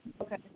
okay